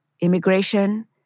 Immigration